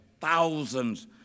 thousands